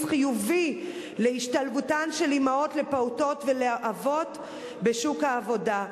חיובי להשתלבותן של אמהות לפעוטות ואבות בשוק העבודה,